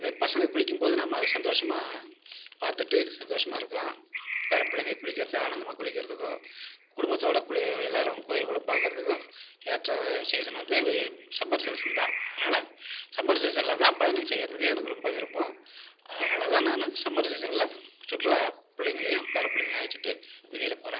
இதே பசங்க குளிக்கும் போது நம்ம அதை சந்தோசமாக பார்த்துட்டு சந்தோசமாயிருக்கலாம் பேர பிள்ளைங்க குளிக்கிறது ஆனந்தமாக குளிக்கிறதுக்கும் குடும்பத்தோடய குளி எல்லோரும் கோவில்குள்ள பார்க்குறதுக்கு ஏற்ற சீசன் வந்து வெய் சம்மர் சீசன் தான் அதனால் சம்மர் சீசனில் தான் பயணம் செய்கிறதுக்கு எனக்கு ரொம்ப விருப்பம் அதனால தான் நானு சம்மர் சீசனில் சுற்றுலா பிள்ளைங்களையும் பேர பிள்ளங்களை அழைச்சிட்டு வெளியில் போகிறேன்